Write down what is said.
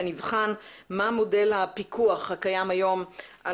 אני רוצה שנבחן מה מודל הפיקוח שקיים היום על